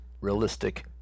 realistic